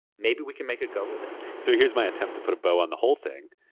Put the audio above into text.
maybe we can make it go with this. so here is my attempt to put a bow on the whole thing.